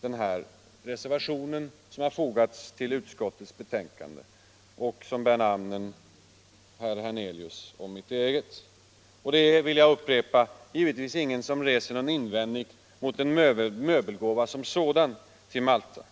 den reservation som har fogats till utskottets betänkande och som bär herr Hernelius och mitt namn. Jag vill upprepa att det givetvis inte är någon som reser någon invändning mot en möbelgåva som sådan till Malta.